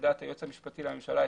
לדעת היועץ המשפטי לממשלה,